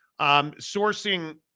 sourcing